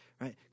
Right